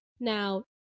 Now